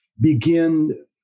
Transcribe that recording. begin